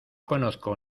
conozco